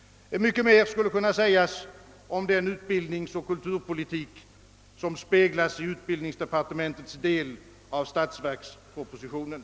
Mycket mer skulle kunna sägas om den utbildningsoch kulturpolitik, som speglas i utbildningsdepartementets del i statsverkspropositionen.